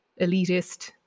elitist